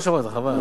לא שמעת, חבל.